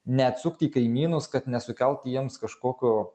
neatsukti į kaimynus kad nesukelt jiems kažkokio